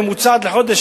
ממוצעת לחודש,